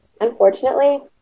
unfortunately